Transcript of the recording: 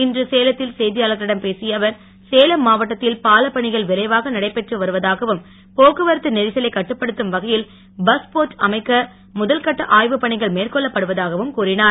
இன்று சேலத்தில் செய்தியாளர்களிடம் பேசிய அவர் சேலம் மாவட்டத்தில் பாலப் பணிகள் விரைவாக நடைபெற்று வருவதாகவும் போக்குவரத்து நெரிசலை கட்டுப்படுத்தும் வகையில் பஸ் போர்ட் அமைக்க முதல் கட்ட ஆய்வுப் பணிகள் மேற்கொள்ளப்படுவதாகவும் கூறினார்